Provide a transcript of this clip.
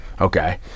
Okay